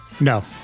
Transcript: No